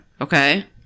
okay